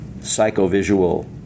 psycho-visual